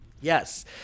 Yes